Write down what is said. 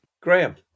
Graham